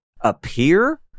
appear